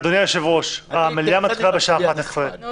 אדוני היושב-ראש, המליאה מתחילה בשעה 11:00. אני